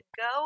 go